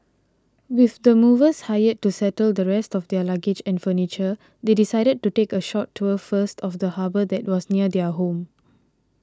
with the movers hired to settle the rest of their luggage and furniture they decided to take a short tour first of the harbour that was near their new home